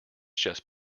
just